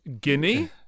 guinea